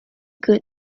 good